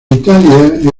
italia